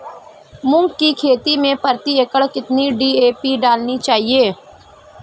मूंग की खेती में प्रति एकड़ कितनी डी.ए.पी डालनी चाहिए?